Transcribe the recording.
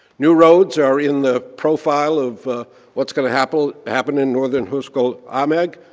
new roads are in the profile of what's going to happen happen in northern hovsgol aimag.